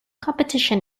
competition